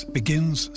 begins